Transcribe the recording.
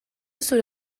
zure